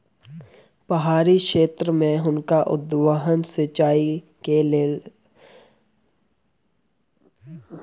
पहाड़ी क्षेत्र में हुनका उद्वहन सिचाई के सहायता लिअ पड़लैन